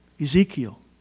Ezekiel